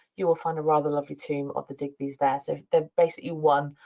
you will find a rather lovely tomb of the digbys there. so they've basically won.